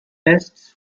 tests